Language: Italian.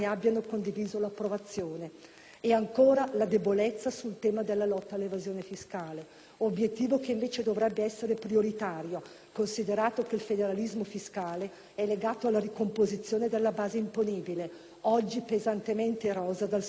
e ancora, la debolezza sul tema della lotta all'evasione fiscale, obiettivo che invece dovrebbe essere prioritario considerato che il federalismo fiscale è legato alla ricomposizione della base imponibile, oggi pesantemente erosa dal sommerso e dall'illegalità.